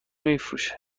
میفروشه